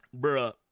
Bruh